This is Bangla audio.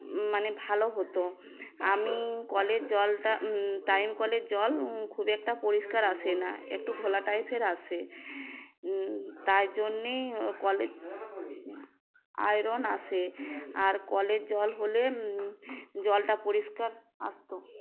মানে ভালো হতো আমি কলের জলটা টাইম কলের জল খুব একটা পরিষ্কার আসে না একটু ঘোলা টাইপের আসে তাই জন্যেই কলের আয়রন আসে আর কলের জল হলে জলটা পরিষ্কার আসতো